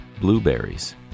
blueberries